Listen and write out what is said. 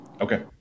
Okay